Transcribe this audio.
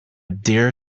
dear